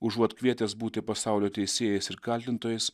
užuot kvietęs būti pasaulio teisėjais ir kaltintojais